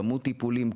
כמות טיפולים,